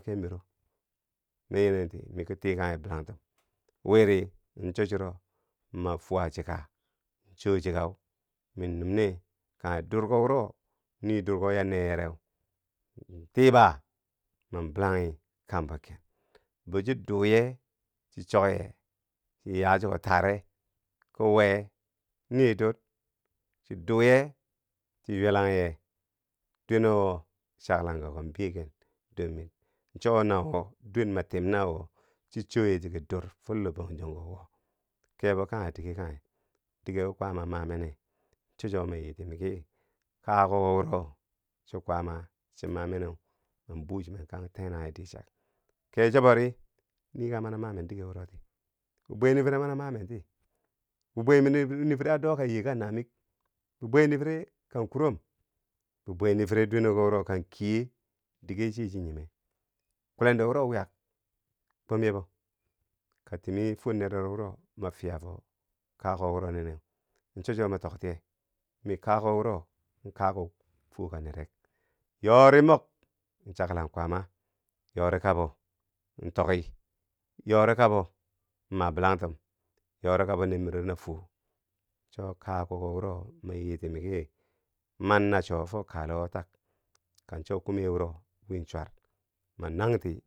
Femirom miyinen ti mi ki tikangye bilangtum wiri cho churo ma fwa chika, chuwo chikau mi numne kanghe durko wuro nii durko ya neyereu, min tiiba man bilanghi kambo ken, bo chi duu ye chi chok ye chi ya chiko tare ki we nii dur, chi duu ye chi. ywelang ye dweneko wo chaklang kako beken dor mir, cho nawo dwen ma tim na wo chi cho ye ti kii dur fo loh Bangjong ko wo kebo kanghe dige kanghe dige wo kwaama ma mene cho chuwo ma yiti miki kakukko wo cho kwaama cho ma meneu man buu chinen kang. tenanghi chichak, ke cho bo ri nii kanghe mania ma men dige wuroti, bibwe niifire mani a ma menti bibwe niifire a doo ka yeka na miik bibwe niifire kan kurom bibwe niifire dweneko wuro kan kiye dige chiye chi nyime kulendo wuro wiyak kwom yebo ka timi fwor neredo wuro ma fiya fo kakuko wuro nineu cho chuwo ma toktiye, mi kakukko wuro. kakuk fwoka nerek, yoori mok in chaklang kwaama, yoori kabo in tokki, yoori kabo in ma bilangtum, yoori kabo neer miro na fwo, cho kakukko wuro ma yiti miki man na cho fo kalewo tak, kan cho kume wuro wiin chwat ma nangti.